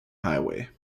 highway